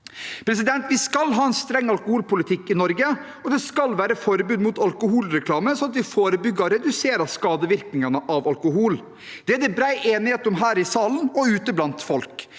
Vi skal ha en streng alkoholpolitikk i Norge, og det skal være forbud mot alkoholreklame, slik at vi forebygger og reduserer skadevirkningene av alkohol. Det er det bred enighet om her i salen og ute blant folk.